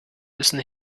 müssen